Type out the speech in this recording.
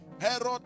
Herod